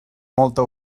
molta